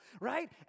Right